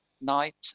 night